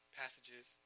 passages